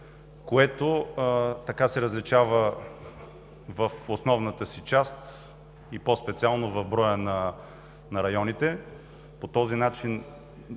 което се различава в основната си част и по-специално в броя на районите. По този начин